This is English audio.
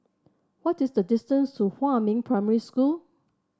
what is the distance to Huamin Primary School